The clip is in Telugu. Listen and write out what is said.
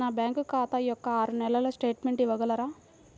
నా బ్యాంకు ఖాతా యొక్క ఆరు నెలల స్టేట్మెంట్ ఇవ్వగలరా?